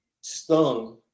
stung